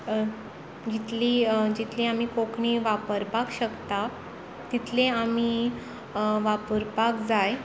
जितली जितली आमी कोंकणी वापरपाक शकता तितली आमी वापरपाक जाय